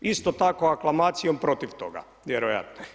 Isto tako aklamacijom protiv toga, vjerojatno.